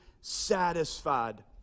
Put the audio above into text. satisfied